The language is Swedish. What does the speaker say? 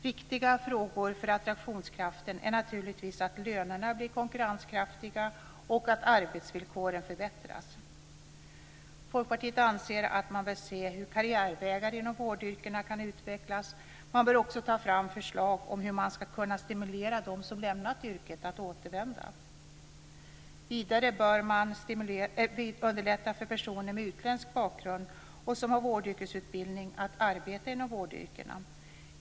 Viktiga frågor för attraktionskraften är naturligtvis att lönerna blir konkurrenskraftiga och att arbetsvillkoren förbättras. Folkpartiet anser att man bör se över hur karriärvägar inom vårdyrkena kan utvecklas. Man bör också ta fram förslag om hur man ska kunna stimulera dem som lämnat yrket att återvända. Vidare bör man underlätta för personer med utländsk bakgrund som har vårdyrkesutbildning att arbeta inom vårdyrkena.